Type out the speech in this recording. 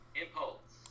impulse